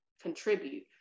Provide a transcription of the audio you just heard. contribute